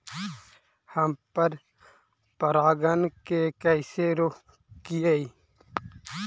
हम पर परागण के कैसे रोकिअई?